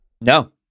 No